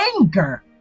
anger